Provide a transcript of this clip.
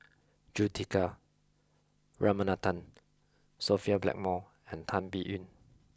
Juthika Ramanathan Sophia Blackmore and Tan Biyun